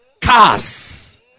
Cars